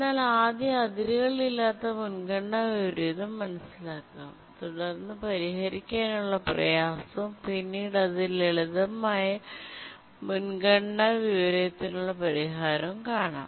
എന്നാൽ ആദ്യം അതിരുകളില്ലാത്ത മുൻഗണനാ വിപരീതം മനസിലാക്കാം തുടർന്ന് പരിഹരിക്കാനുള്ള പ്രയാസവും പിന്നീട് ഈ ലളിതമായ മുൻഗണനാ വിപരീതത്തിനുള്ള പരിഹാരവും കാണാം